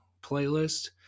playlist